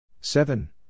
seven